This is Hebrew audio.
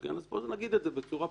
כפי שהיא נדונה בחקיקה.